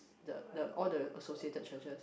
the the all the associated churches